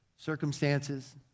circumstances